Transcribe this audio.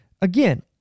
again